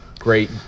Great